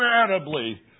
incredibly